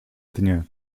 dnie